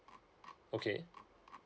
okay